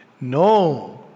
No